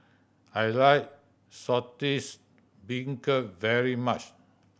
I like Saltish Beancurd very much